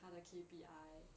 他的 K_P_I